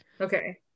Okay